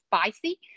spicy